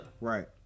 Right